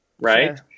right